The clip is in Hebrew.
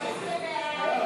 לשנת התקציב 2016,